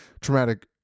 traumatic